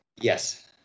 Yes